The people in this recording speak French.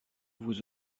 vous